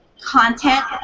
content